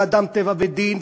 ו"אדם טבע ודין",